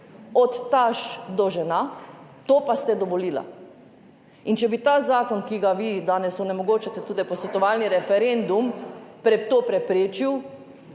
od tašč do žena. To pa ste dovolili. In če bi ta zakon, ki ga vi danes onemogočate, torej posvetovalni referendum, to preprečil,